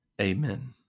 Amen